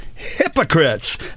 hypocrites